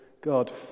God